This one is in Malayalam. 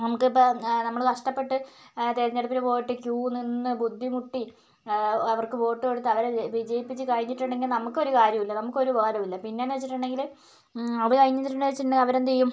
നമുക്കിപ്പോൾ നമ്മൾ കഷ്ടപ്പെട്ട് തിരഞ്ഞെടുപ്പിന് പോയിട്ട് ക്യൂ നിന്ന് ബുദ്ധിമുട്ടി അവർക്ക് വോട്ട് കൊടുത്ത് അവരെ വിജയിപ്പിച്ച് കഴിഞ്ഞിട്ടുണ്ടെങ്കിൽ നമുക്കൊരു കാര്യവുമില്ല നമുക്ക് ഒരു ഉപകാരവുമില്ല പിന്നെയെന്ന് വെച്ചിട്ടുണ്ടെങ്കിൽ അത് കഴിഞ്ഞിട്ടുണ്ടെങ്കിൽ വെച്ചെങ്കിൽ അവർ എന്തു ചെയ്യും